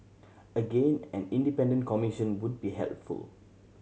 again an independent commission would be helpful